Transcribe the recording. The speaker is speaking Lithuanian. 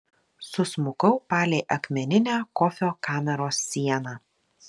susmukau palei akmeninę kofio kameros sieną